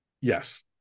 yes